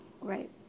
Right